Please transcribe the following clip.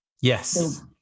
Yes